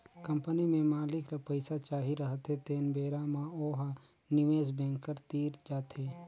company में मालिक ल पइसा चाही रहथें तेन बेरा म ओ ह निवेस बेंकर तीर जाथे